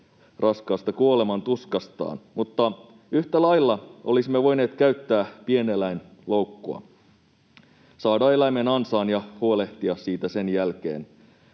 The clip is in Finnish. raskaasta kuolemantuskastaan, mutta yhtä lailla olisimme voineet käyttää pieneläinloukkua, saada eläimen ansaan ja huolehtia siitä sen jälkeen.